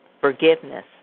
Forgiveness